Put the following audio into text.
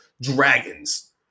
dragons